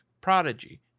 Prodigy